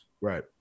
Right